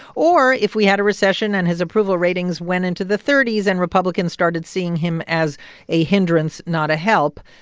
or if we had a recession and his approval ratings went into the thirty s and republicans started seeing him as a hindrance, not a help.